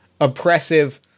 oppressive